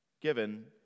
given